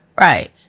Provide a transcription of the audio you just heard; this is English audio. Right